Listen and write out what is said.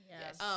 Yes